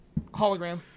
Hologram